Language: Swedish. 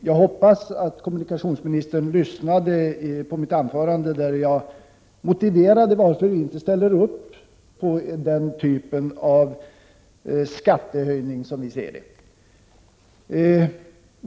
Jag hoppas att kommunikationsministern lyssnade på mitt anförande, där jag motiverade varför vi inte ställer upp på denna typ av skattehöjning — som vi ser det.